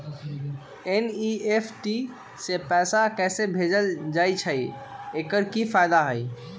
NEFT से पैसा कैसे भेजल जाइछइ? एकर की फायदा हई?